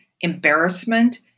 embarrassment